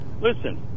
listen